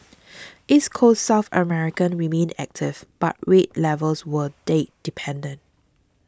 East Coast South America remained active but rate levels were date dependent